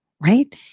right